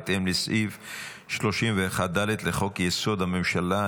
בהתאם לסעיף 31(ד) לחוק-יסוד: הממשלה.